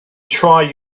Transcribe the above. try